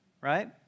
right